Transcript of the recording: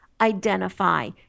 identify